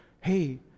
hey